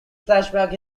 flashback